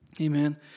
Amen